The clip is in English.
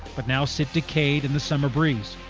but now sit decayed in the summer breeze.